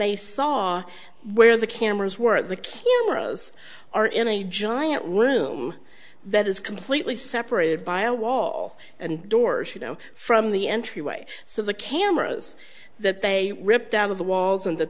they saw where the cameras were the cameras are in a giant room that is completely separated by a wall and doors you know from the entryway so the cameras that they ripped out of the walls and that